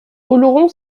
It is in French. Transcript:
oloron